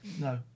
no